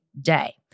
day